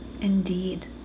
indeed